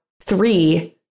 three